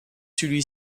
celui